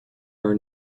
are